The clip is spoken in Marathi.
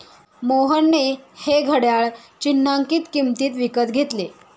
मोहनने हे घड्याळ चिन्हांकित किंमतीत विकत घेतले